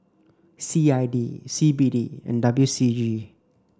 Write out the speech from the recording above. C I D C B D and W C G